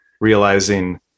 realizing